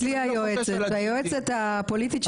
אצלי היועצת הפוליטית שלי